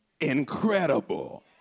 incredible